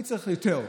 מי צריך יותר?